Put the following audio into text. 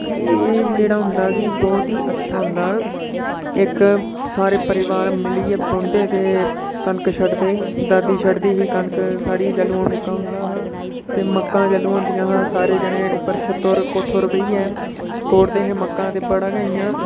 एह् जेह्ड़ा होंदा कि बहुत ही अच्छा होंदा इक सारे परिवार मिलियै बौंह्दे ते कनक छटदे दादी छटदी ही कनक साढ़ी जैल्लूं अ'ऊं निक्क होंदा हा ते मक्कां जैल्लूं होंदियां हियां सारे जनें उप्पर छत्ता उप्पर कोठे पर बैहियै कोड़दे हे मक्कां ते बड़ा गै इ'यां